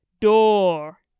door